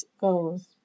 goes